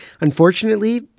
Unfortunately